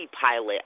pilot